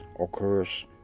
occurs